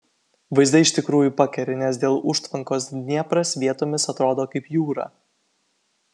vaizdai iš tikrųjų pakeri nes dėl užtvankos dniepras vietomis atrodo kaip jūra